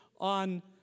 on